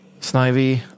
Snivy